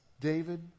David